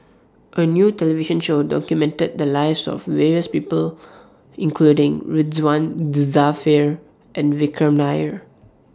A New television Show documented The Lives of various People including Ridzwan Dzafir and Vikram Nair